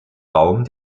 raum